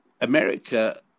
america